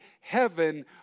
heaven